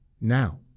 Now